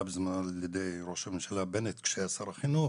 בזמנו על ידי ראש הממשלה עוד כשהיה שר החינוך